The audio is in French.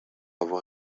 avoir